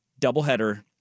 doubleheader